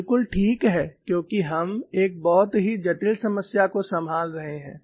यह बिलकुल ठीक है क्योंकि हम एक बहुत ही जटिल समस्या को संभाल रहे हैं